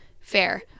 fair